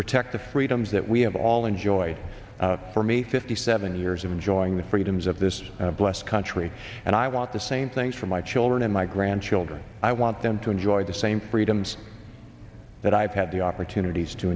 protect the freedoms that we have all enjoyed for me fifty seven years of enjoying the freedoms of this blessed country and i want the same things for my children and my grandchildren i want them to enjoy the same freedoms that i've had the opportunities to